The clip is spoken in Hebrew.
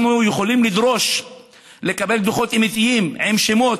אנחנו יכולים לדרוש לקבל דוחות אמיתיים, עם שמות,